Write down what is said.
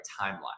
timeline